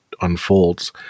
unfolds